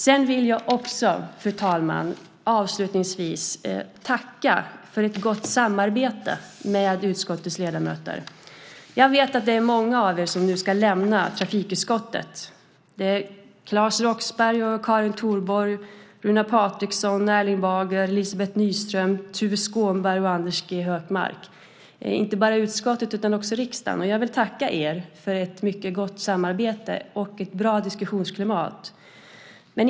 Avslutningsvis, fru talman, vill jag också tacka för ett gott samarbete med utskottets ledamöter. Jag vet att det är många av er som nu ska lämna trafikutskottet. Det är Claes Roxbergh, Karin Thorborg, Runar Patriksson, Erling Bager, Elizabeth Nyström, Tuve Skånberg och Anders G Högmark. De lämnar inte bara utskottet utan också riksdagen. Jag vill tacka er för ett mycket gott samarbete och ett bra diskussionsklimat.